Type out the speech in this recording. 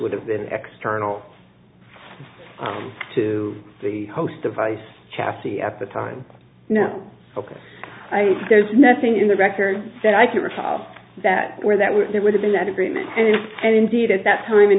would have been extra to the host device chassis at the time no i there's nothing in the record that i can recall that were that were there would have been that agreement and indeed at that time in